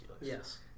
Yes